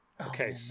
Okay